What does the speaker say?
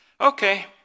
Okay